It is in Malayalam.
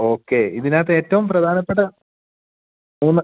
ഓക്കെ ഇതിനകത്ത് ഏറ്റവും പ്രധാനപ്പെട്ട മൂന്ന്